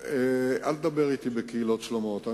קהילות שלמות, אל תדבר אתי בקהילות שלמות.